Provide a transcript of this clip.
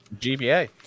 GBA